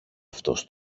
αυτός